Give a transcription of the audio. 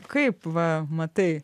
kaip va matai